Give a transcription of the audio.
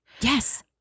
Yes